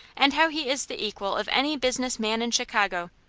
and how he is the equal of any business man in chicago,